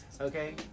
okay